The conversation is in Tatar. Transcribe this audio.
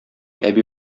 әби